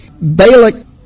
Balak